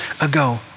ago